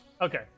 okay